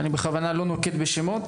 ואני בכוונה לא נוקט בשמות,